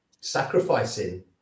sacrificing